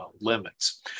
limits